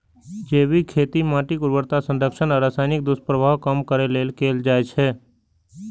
जैविक खेती माटिक उर्वरता संरक्षण आ रसायनक दुष्प्रभाव कम करै लेल कैल जाइ छै